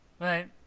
Right